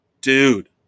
Dude